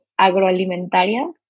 Agroalimentaria